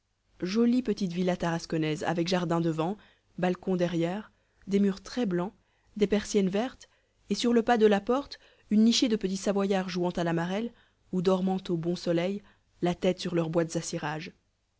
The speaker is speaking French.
jolie petite villa tarasconnaise avec jardin devant balcon derrière des murs très blancs des persiennes vertes et sur le pas de la porte une nichée de petits savoyards jouant à la marelle ou dormant au bon soleil la tête sur leurs boîtes à cirage